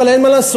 אבל אין מה לעשות,